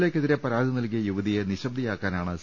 എക്കെതിരെ പരാതി നൽകിയ യുവതിയെ നിശ്ശ ബ്ദയാക്കാനാണ് സി